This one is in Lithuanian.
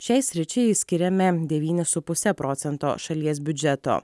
šiai sričiai skiriame devynis su puse procento šalies biudžeto